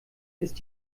ist